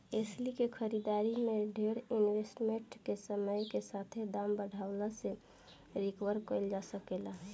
एस्ली के खरीदारी में डेर इन्वेस्टमेंट के समय के साथे दाम बढ़ला से रिकवर कईल जा सके ला